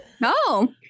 No